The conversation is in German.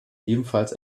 ebenfalls